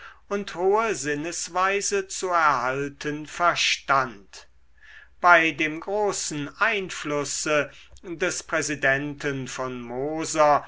und hohe sinnesweise zu erhalten verstand bei dem großen einflusse des präsidenten von moser